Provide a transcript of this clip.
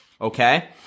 okay